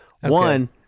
One